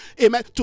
amen